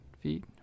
feet